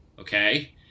okay